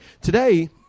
today